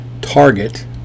target